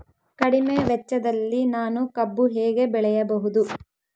ಕಡಿಮೆ ವೆಚ್ಚದಲ್ಲಿ ನಾನು ಕಬ್ಬು ಹೇಗೆ ಬೆಳೆಯಬಹುದು?